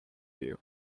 you